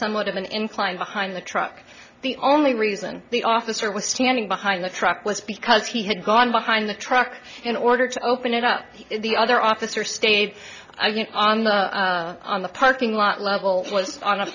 somewhat of an incline behind the truck the only reason the officer was standing behind the truck was because he had gone behind the truck in order to open it up the other officer stayed on the on the parking lot level